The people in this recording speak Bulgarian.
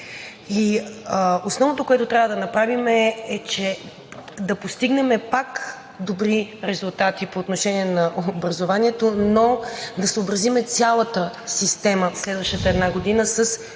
Основното, което трябва да направим, е да постигнем пак добри резултати по отношение на образованието, но да съобразим цялата система следващата една година с